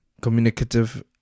communicative